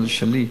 שלי,